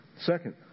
Second